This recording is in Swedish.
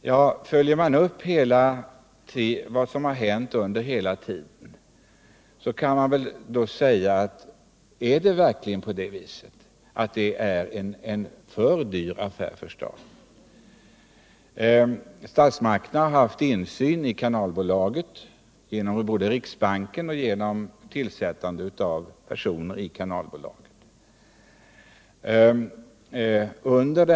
Den som följt vad som hänt under åren instämmer nog inte i det påståendet, men det är klart att man kan ställa frågan: Är det verkligen på det viset? Är detta en för dyr affär för staten? Statsmakterna har haft insyn i kanalbolaget både genom riksbanken och genom tillsättande av representanter i bolagets styrelse.